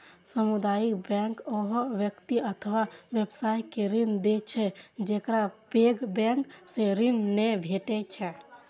सामुदायिक बैंक ओहन व्यक्ति अथवा व्यवसाय के ऋण दै छै, जेकरा पैघ बैंक सं ऋण नै भेटै छै